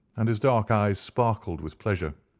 and his dark eyes sparkled with pleasure.